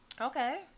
Okay